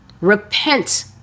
Repent